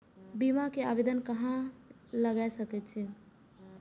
बीमा के आवेदन कहाँ लगा सके छी?